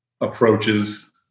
approaches